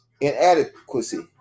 inadequacy